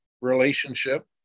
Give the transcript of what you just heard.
relationship